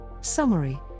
Summary